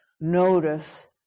notice